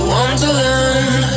Wonderland